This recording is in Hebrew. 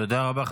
תודה רבה.